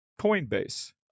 Coinbase